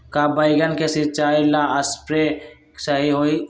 का बैगन के सिचाई ला सप्रे सही होई?